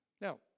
Now